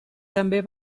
també